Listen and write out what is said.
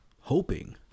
hoping